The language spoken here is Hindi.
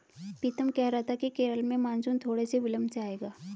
पीतम कह रहा था कि केरल में मॉनसून थोड़े से विलंब से आएगा